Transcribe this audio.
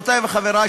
חברותי וחברי,